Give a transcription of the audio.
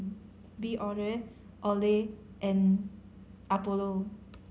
Biore Olay and Apollo